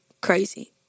crazy